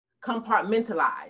Compartmentalize